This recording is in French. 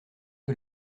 que